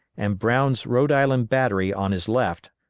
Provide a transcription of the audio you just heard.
and brown's rhode island battery on his left,